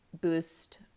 boost